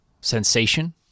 sensation